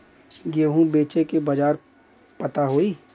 गेहूँ बेचे के बाजार पता होई?